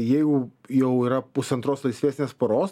jeigu jau yra pusantros laisvesnės paros